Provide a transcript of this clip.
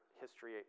history